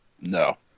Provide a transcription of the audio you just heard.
No